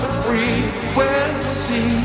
frequency